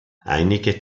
einige